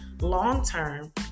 long-term